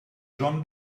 john